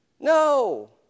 No